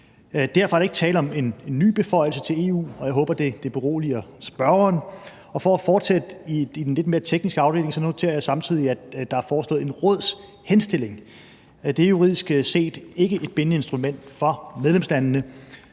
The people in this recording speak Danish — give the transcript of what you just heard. Derfor er der ikke tale om en ny beføjelse til EU, og jeg håber, at det beroliger spørgeren. Og for at fortsætte i den lidt mere tekniske afdeling, noterer jeg samtidig, at der er foreslået en rådshenstilling, og det er juridisk set ikke et bindende instrument for medlemslandene.